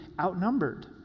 outnumbered